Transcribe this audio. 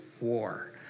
war